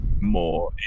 more